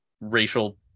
racial